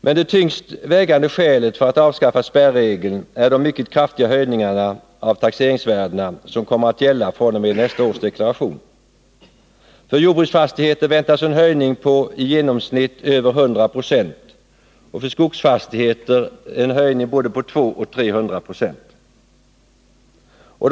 Men det allra tyngst vägande skälet för att avskaffa spärregeln är de mycket kraftiga höjningar av taxeringsvärdena som kommer att gälla fr.o.m. nästa års deklaration. För jordbruksfastigheter väntas en höjning på i genomsnitt över 100 96 och för skogsfastigheter en höjning med både 200 och 300 96.